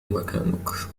مكانك